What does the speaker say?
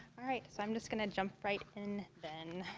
alright, so i'm just gonna jump right in then.